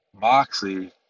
Moxie